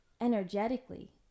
energetically